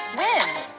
wins